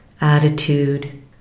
attitude